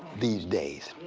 these days.